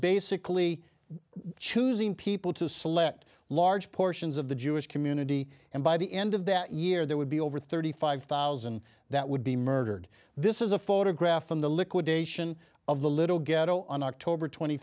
basically choosing people to select large portions of the jewish community and by the end of that year there would be over thirty five thousand that would be murdered this is a photograph from the liquidation of the little ghetto on october twenty